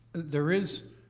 there is,